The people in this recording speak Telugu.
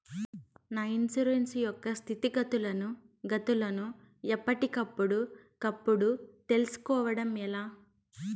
నా ఇన్సూరెన్సు యొక్క స్థితిగతులను గతులను ఎప్పటికప్పుడు కప్పుడు తెలుస్కోవడం ఎలా?